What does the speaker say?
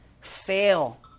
fail